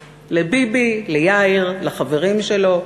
לביבי, ליאיר, לחברים שלו,